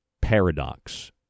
Paradox